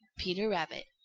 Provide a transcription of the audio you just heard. peter rabbit.